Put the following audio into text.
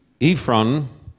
Ephron